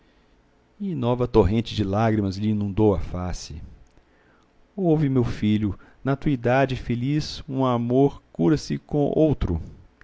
e nova torrente de lágrimas lhe inundou a face ouve meu filho na tua idade feliz um amor cura se com outro